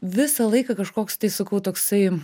visą laiką kažkoks tai sakau toksai